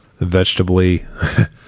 vegetably